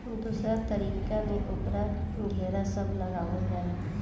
दोसरका तरीका में ओकर घेरा सब लगावल जाला